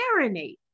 marinate